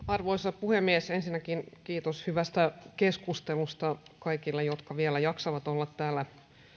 arvoisa puhemies ensinnäkin kiitos hyvästä keskustelusta kaikille jotka vielä jaksavat olla täällä